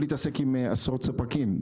מבלי להתעסק עם עשרות ספקים.